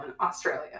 Australia